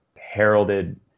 heralded